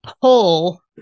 pull